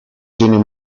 genio